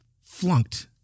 flunked